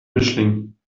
mischling